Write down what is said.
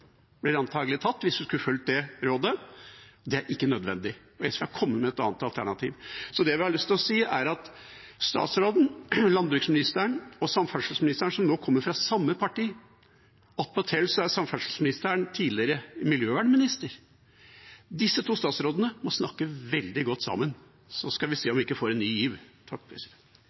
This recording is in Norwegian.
blir antakeligvis tatt hvis en skal følge det rådet. Det er ikke nødvendig, og SV har kommet med et annet alternativ. Det jeg har lyst til å si, er at de to statsrådene landbruksministeren og samferdselsministeren – som nå kommer fra samme parti, og attpåtil er samferdselsministeren tidligere miljøvernminister – må snakke veldig godt sammen. Så skal vi se om vi ikke får en ny giv.